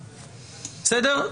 בסדר?